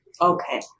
Okay